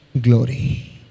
glory